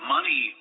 Money